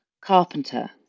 carpenter